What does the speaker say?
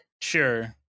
sure